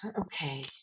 Okay